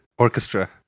orchestra